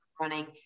running